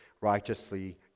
righteously